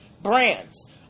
Brands